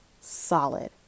solid